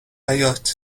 حباط